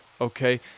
okay